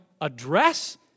address